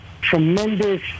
tremendous